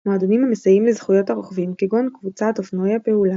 מועדונים המסייעים לזכויות הרוכבים כגון קבוצת "אופנועי הפעולה",